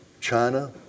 China